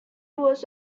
was